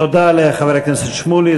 תודה לחבר הכנסת שמולי.